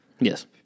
Yes